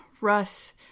Russ